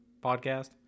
podcast